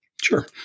Sure